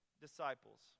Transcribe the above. disciples